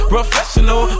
Professional